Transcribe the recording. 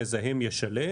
המזהם ישלם,